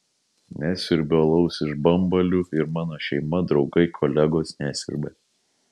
nesiurbiu alaus iš bambalių ir mano šeima draugai kolegos nesiurbia